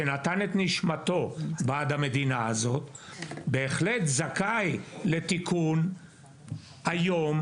שנתן את נשמתו למען המדינה הזו והוא בהחלט זכאי לתיקון היום,